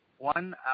One